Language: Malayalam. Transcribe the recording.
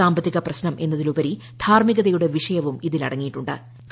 സാമ്പത്തിക് പ്രശ്നം എന്നതിലുപരി ധാർമ്മികതയുടെ വിഷയവും ഇതിലടങ്ങിയിട്ടു ്